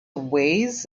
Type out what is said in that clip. weighs